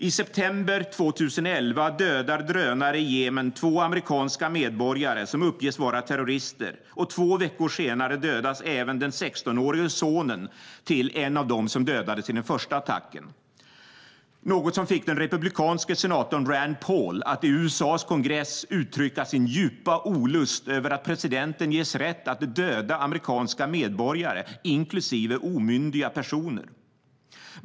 I september 2011 dödar drönare i Jemen två amerikanska medborgare som uppges vara terrorister, och två veckor senare dödas även den 16-årige sonen till en av dem som dödades i den första attacken. Det var något som fick den republikanske senatorn Rand Paul att i USA:s kongress uttrycka sin djupa olust över att presidenten ges rätt att döda amerikanska medborgare, inklusive omyndiga personer.